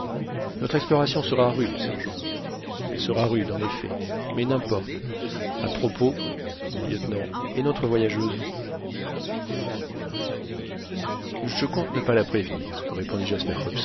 notre exploration sera rude sergent elle sera rude en effet mais n'importe à propos mon lieutenant et notre voyageuse je compte ne pas la prévenir répondit